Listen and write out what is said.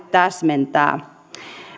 täsmentää